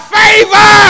favor